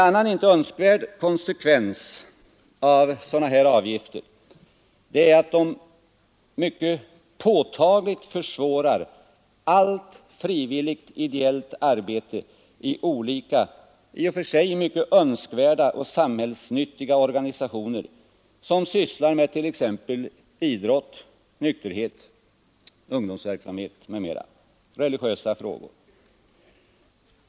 Ännu en föga välkommen konsekvens av sådana här avgifter är att de mycket påtagligt försvårar allt frivilligt ideellt arbete i olika, i och för sig mycket önskvärda och samhällsnyttiga organisationer som sysslar med t.ex. idrott, nykterhet, ungdomsverksamhet eller religiösa frågor.